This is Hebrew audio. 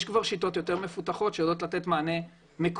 יש כבר שיטות יותר מפותחות שיודעות לתת מענה מקומי.